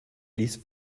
ließ